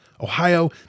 Ohio